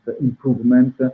improvement